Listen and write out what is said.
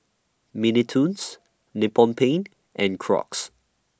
Mini Toons Nippon Paint and Crocs